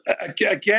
Again